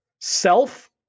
self